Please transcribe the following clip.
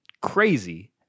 crazy